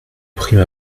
prime